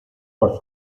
por